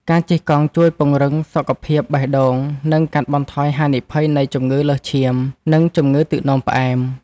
ការជិះកង់ជួយពង្រឹងសុខភាពបេះដូង និងកាត់បន្ថយហានិភ័យនៃជំងឺលើសឈាម និងជំងឺទឹកនោមផ្អែម។